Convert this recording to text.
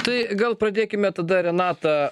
tai gal pradėkime tada renata